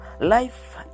life